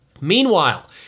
Meanwhile